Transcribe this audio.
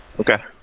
Okay